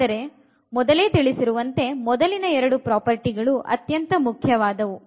ಆದ್ರೆ ಮೊದಲೇ ತಿಳಿಸಿರುವಂತೆ ಮೊದಲಿನ ಎರೆಡೂ ಪ್ರಾಪರ್ಟಿ ಗಳು ಅತ್ಯಂತ ಮುಖ್ಯವಾದವು